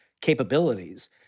capabilities